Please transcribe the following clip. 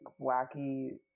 wacky